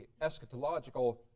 eschatological